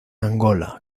angola